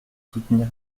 soutenir